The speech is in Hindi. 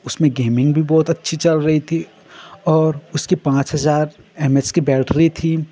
उसमे गेमिंग भी बहुत अच्छी चल रही थी और उसके पाँच हजार एम एच की बैटरी थी